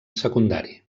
secundari